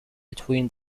between